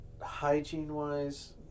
hygiene-wise